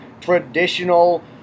traditional